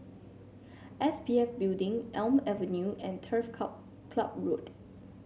S P F Building Elm Avenue and Turf Cub Ciub Road